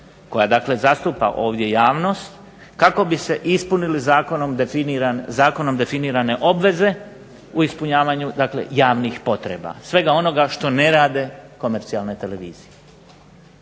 dakle zastupa ovdje javnost kako bi se ispunili zakonom definirane obveze u ispunjavanju javnih potreba, svega onoga što ne rade komercijalne televizije.